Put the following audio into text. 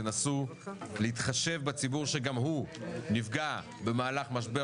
תנסו להתחשב בציבור שגם הוא נפגע במהלך משבר